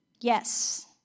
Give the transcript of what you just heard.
Yes